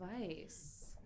advice